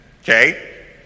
okay